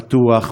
פתוח,